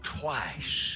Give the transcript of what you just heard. twice